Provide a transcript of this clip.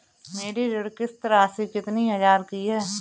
मेरी ऋण किश्त राशि कितनी हजार की है?